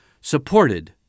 supported